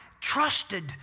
trusted